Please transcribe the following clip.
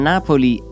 Napoli